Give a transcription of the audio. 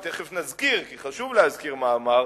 ותיכף נזכיר כי חשוב להזכיר מה שאמר,